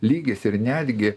lygis ir netgi